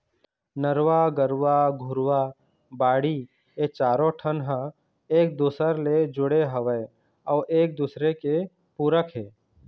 नरूवा, गरूवा, घुरूवा, बाड़ी ए चारों ठन ह एक दूसर ले जुड़े हवय अउ एक दूसरे के पूरक हे